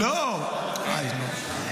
די, נו.